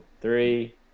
three